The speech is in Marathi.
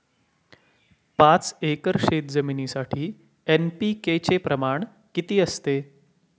पाच एकर शेतजमिनीसाठी एन.पी.के चे प्रमाण किती असते?